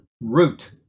root